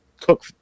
cook